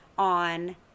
on